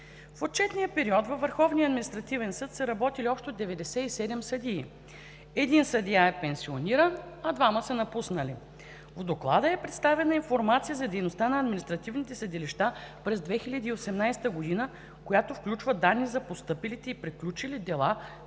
В отчетния период във Върховния административен съд са работили общо 97 съдии, един съдия е пенсиониран, а двама са напуснали. В Доклада е представена информация за дейността на административни съдилища през 2018 г., която включва данни за постъпилите и приключени дела